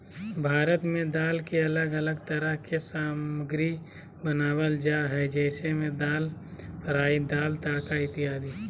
भारत में दाल के अलग अलग तरह के सामग्री बनावल जा हइ जैसे में दाल फ्राई, दाल तड़का इत्यादि